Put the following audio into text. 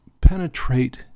penetrate